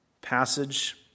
passage